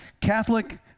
Catholic